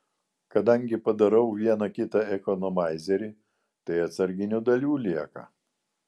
kadangi padarau vieną kitą ekonomaizerį tai atsarginių dalių lieka